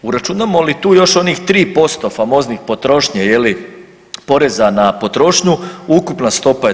Uračunamo li tu još onih 3% famoznih potrošnje poreza na potrošnju, ukupna stopa je 28%